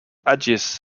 aggies